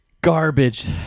garbage